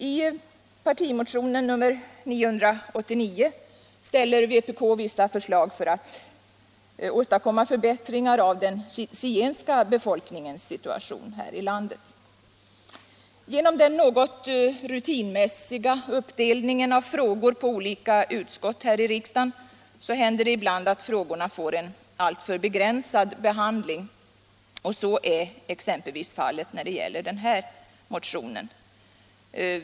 I partimotionen 989 framställer vpk vissa förslag för att förbättra den zigenska befolkningens situation här i landet. Genom den något rutinmässiga uppdelningen av frågor på olika utskott här i riksdagen händer det ibland att frågorna får en alltför begränsad behandling. Så är exempelvis fallet när det gäller den här motionen.